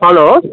hello